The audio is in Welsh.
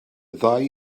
ddau